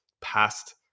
past